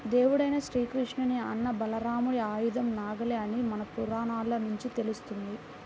దేవుడైన శ్రీకృష్ణుని అన్న బలరాముడి ఆయుధం నాగలి అని మన పురాణాల నుంచి తెలుస్తంది